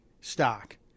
stock